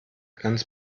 ganz